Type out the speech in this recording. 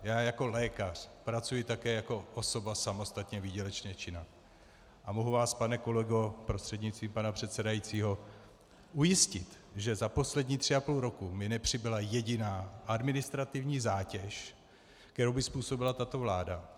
Já jako lékař pracuji také jako osoba samostatně výdělečně činná a mohu vás, pane kolego prostřednictvím pana předsedajícího, ujistit, že za poslední tři a půl roku mi nepřibyla jediná administrativní zátěž, kterou by způsobila tato vláda.